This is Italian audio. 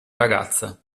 ragazza